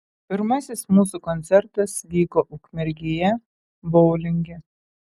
pirmasis mūsų koncertas vyko ukmergėje boulinge